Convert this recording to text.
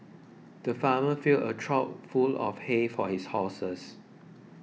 the farmer filled a trough full of hay for his horses